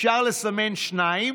אפשר לסמן שניים,